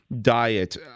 diet